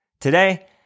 Today